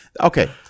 Okay